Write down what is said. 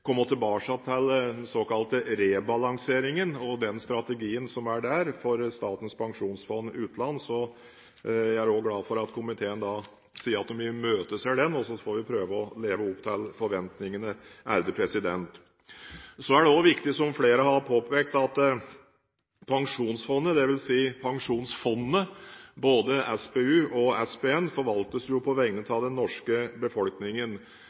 komme tilbake til den såkalte rebalanseringen og den strategien som ligger der for Statens pensjonsfond utland. Jeg er glad for at komiteen sier at de «imøteser» den, og så får vi prøve å leve opp til forventningene. Det er også viktig – som flere har påpekt – at Pensjonsfondet, dvs. både SPU og SPN, forvaltes på vegne av den norske befolkningen,